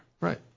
Right